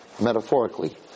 metaphorically